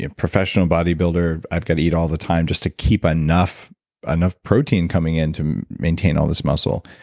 and professional bodybuilder, i've got to eat all the time just to keep enough enough protein coming in to maintain all this muscle,